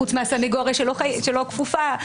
חוץ מהסנגוריה שלא כפופה,